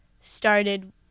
started